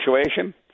situation